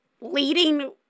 leading